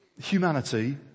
humanity